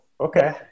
okay